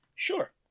sure